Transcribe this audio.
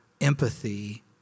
empathy